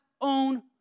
own